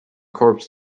corps